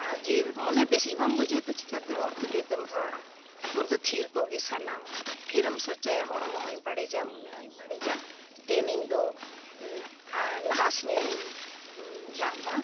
ᱟᱨ ᱡᱤᱣᱤ ᱢᱚᱱᱮ ᱵᱮᱥᱜᱮ ᱵᱟᱢ ᱵᱩᱡᱷᱟᱹᱣ ᱛᱮ ᱪᱤᱠᱟᱹᱛᱮ ᱦᱚᱲ ᱛᱩᱞᱩᱡ ᱫᱚᱢ ᱨᱚᱲᱟ ᱩᱱ ᱫᱚ ᱛᱷᱤᱨ ᱠᱚᱜ ᱜᱮ ᱥᱟᱱᱟᱣᱟ ᱯᱷᱤᱨᱮᱢ ᱥᱚᱪᱟᱭᱟ ᱦᱚᱲᱢᱚ ᱦᱚᱧ ᱵᱟᱲᱤᱡᱟ ᱢᱚᱱᱮ ᱦᱚᱧ ᱵᱟᱲᱤᱡᱟ ᱫᱮᱱ ᱤᱧᱫᱚ ᱞᱟᱦᱟ ᱥᱤᱱᱤᱧ ᱤᱭᱟᱹᱜ ᱢᱟ